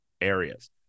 areas